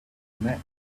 met